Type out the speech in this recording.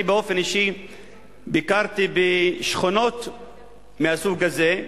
אני באופן אישי ביקרתי בשכונות מהסוג הזה,